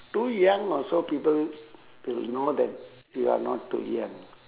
too young also people will know that we are not too young